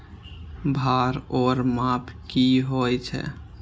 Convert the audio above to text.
भार ओर माप की होय छै?